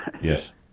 Yes